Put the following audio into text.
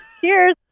Cheers